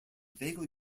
vaguely